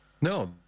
No